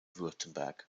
württemberg